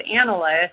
analyst